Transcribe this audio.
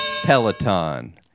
Peloton